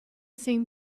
same